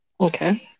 Okay